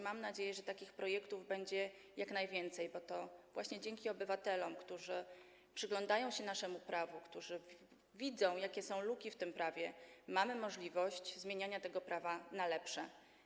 Mam nadzieję, że takich projektów będzie jak najwięcej, bo to właśnie dzięki obywatelom, którzy przyglądają się naszemu prawu, którzy widzą, jakie są luki w prawie, mamy możliwość zmieniania tego prawa na lepsze.